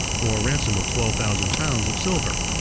for a ransom of twelve thousand pounds of silver,